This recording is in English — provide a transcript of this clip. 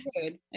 good